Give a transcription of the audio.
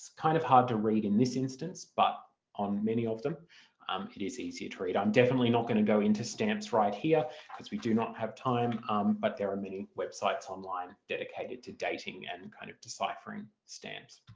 kind of hard to read in this instance but on many of them um it is easier to read. i'm definitely not going to go into stamps right here because we do not have time but there are many websites online dedicated to dating and kind of deciphering stamps.